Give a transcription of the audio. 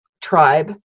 tribe